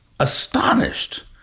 astonished